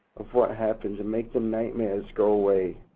of what happened, to make the nightmares go away,